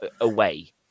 away